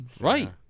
Right